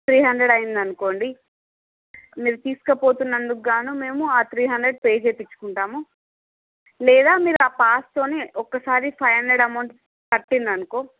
three hundred అయింది అనుకోండి మీరు తీసుకపోతున్నందుకు గాను మేము ఆ త్రీ హండ్రెడ్ పే చేపించుకుంటాము లేదా మీరు ఆ పాస్ తోనే ఒక్కసారి ఫైవ్ హండ్రెడ్ అమౌంట్ కట్టిండ్రనుకో